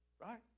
right